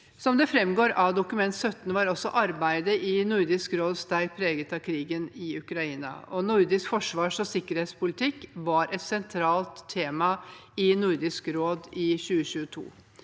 Som det framgår av Dokument 17, var også arbeidet i Nordisk råd sterkt preget av krigen i Ukraina. Nordisk forsvars- og sikkerhetspolitikk var et sentralt tema i Nordisk råd i 2022,